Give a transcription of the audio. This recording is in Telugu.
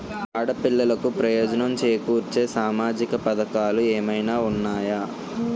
ఆడపిల్లలకు ప్రయోజనం చేకూర్చే సామాజిక పథకాలు ఏమైనా ఉన్నాయా?